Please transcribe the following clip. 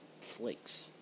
flakes